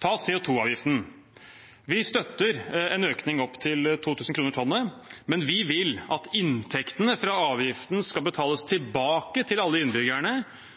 Ta CO 2 -avgiften: Vi støtter en økning opp til 2 000 kr per tonn, men vi vil at inntektene fra avgiften skal betales tilbake til alle innbyggerne